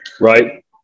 Right